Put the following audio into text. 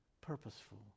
purposeful